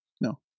No